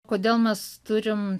kodėl mes turim